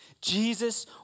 Jesus